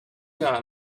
got